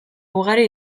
ugari